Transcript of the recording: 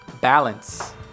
balance